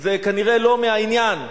זה כנראה לא מהעניין.